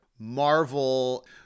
Marvel